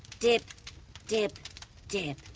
dib dib dib.